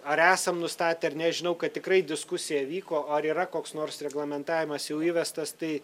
ar esam nustatę ar ne žinau kad tikrai diskusija vyko o ar yra koks nors reglamentavimas jau įvestas tai